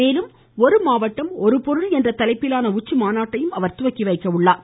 மேலும் ஒரு மாவட்டம் ஒரு பொருள் என்ற தலைப்பிலான உச்சி மாநட்டையும் அவர் தொடங்கி வைக்கிறார்